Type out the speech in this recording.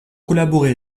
collaboré